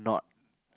not